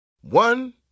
One